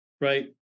right